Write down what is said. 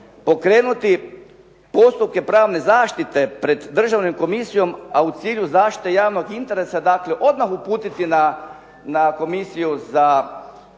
pokrenuti postupke pravne zaštite pred državnim komisijom a u cilju zaštite javnog interesa dakle odmah uputiti na ovu